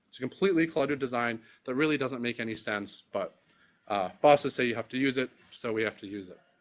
it's completely a cluttered design that really doesn't make any sense, but bosses say you have to use it, so we have to use it.